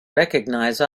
recognise